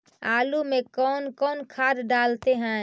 आलू में कौन कौन खाद डालते हैं?